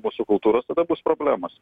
mūsų kultūros tada bus problemos